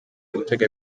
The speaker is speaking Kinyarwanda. gutega